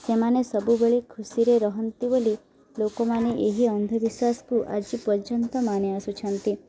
ସେମାନେ ସବୁବେଳେ ଖୁସିରେ ରହନ୍ତି ବୋଲି ଲୋକମାନେ ଏହି ଅନ୍ଧବିଶ୍ୱାସକୁ ଆଜି ପର୍ଯ୍ୟନ୍ତ ମାନି ଆସୁଛନ୍ତି